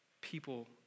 people